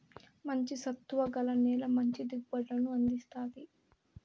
మంచి సత్తువ గల నేల మంచి దిగుబడులను అందిస్తాది